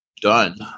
done